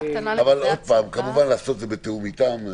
עוד פעם, כמובן לעשות את זה בתיאום איתם.